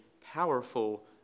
powerful